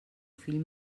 fill